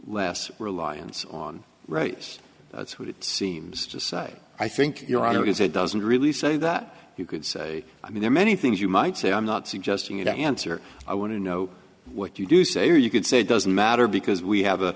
less reliance on rice that's what it seems to say i think your honor because it doesn't really say that you could say i mean there are many things you might say i'm not suggesting you answer i want to know what you do say or you could say it doesn't matter because we have